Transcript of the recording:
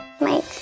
mike